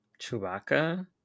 Chewbacca